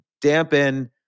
dampen